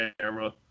camera